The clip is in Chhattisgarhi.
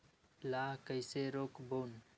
ला कइसे रोक बोन?